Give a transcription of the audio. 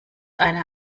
eine